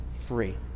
free